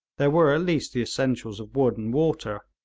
there were at least the essentials of wood and water.